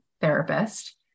therapist